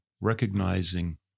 recognizing